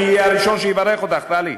אני אהיה הראשון שיברך אותך, טלי.